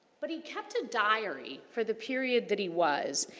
but, he kept a diary for the period that he was.